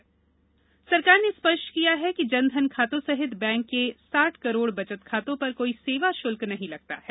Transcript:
bank सेवा शुल्क सरकार ने स्पष्ट किया है कि जन धन खातों सहित बैंक के साठ करोड़ बचत खातों पर कोई सेवा शुल्क नहीं लगता है